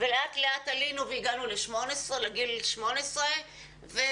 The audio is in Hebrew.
אבל לאט לאט עלינו והגענו לגיל 18 וירדנו